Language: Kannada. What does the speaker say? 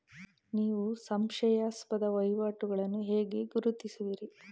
ನೀವು ಸಂಶಯಾಸ್ಪದ ವಹಿವಾಟುಗಳನ್ನು ಹೇಗೆ ಗುರುತಿಸುವಿರಿ?